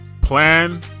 plan